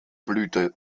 blüte